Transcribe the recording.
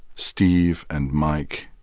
steve and mike.